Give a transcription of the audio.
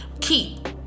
keep